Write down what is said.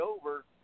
over